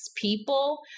people